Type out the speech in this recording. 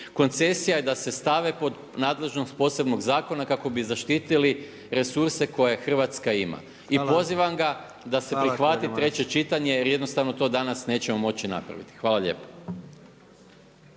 koncesija i da se stave pod nadležnost posebnog zakona kako bi zaštitili resurse koje Hrvatska ima. …/Upadica predsjednik: Hvala./… I pozivam ga da se prihvati treće čitanje, jer jednostavno to danas nećemo moći napraviti. Hvala lijepo.